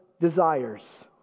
desires